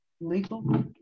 legal